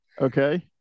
Okay